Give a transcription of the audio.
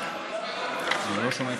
סליחה, אני לא שומע,